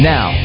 Now